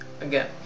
Again